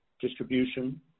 distribution